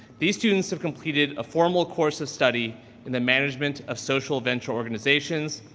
these students have completed a formal course of study in the management of social venture organizations.